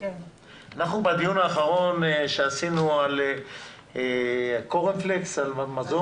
אנחנו קיימנו דיון על חוק המזון.